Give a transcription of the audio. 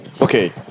okay